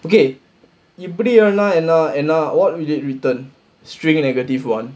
okay இப்படி என்ன என்னா என்னா:ippadi enna ennaa ennaa what did it return string negative one